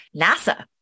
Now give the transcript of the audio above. NASA